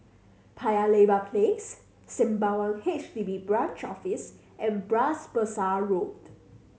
Paya Lebar Place Sembawang H D B Branch Office and Bras Basah Road